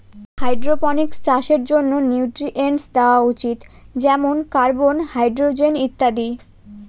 hydroponics চাষের জন্য nutrients দেওয়া উচিত যেমন কার্বন, হাইড্রজেন ইত্যাদি